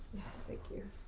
yes, thank you.